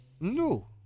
No